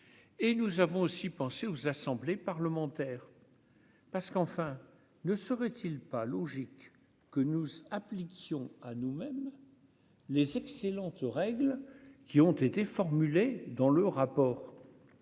et nous avons aussi pensé aux assemblées parlementaires parce qu'enfin, ne serait-il pas logique que nous appliquions à nous-mêmes les excellentes, règles qui ont été formulées dans le rapport,